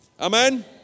Amen